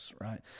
right